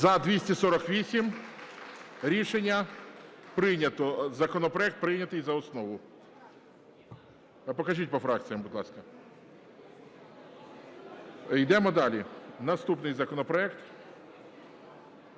За-248 Рішення прийнято. Законопроект прийнято за основу. Покажіть по фракціям, будь ласка. Йдемо далі. Наступний законопроект